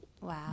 Wow